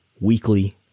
weekly